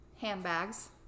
Handbags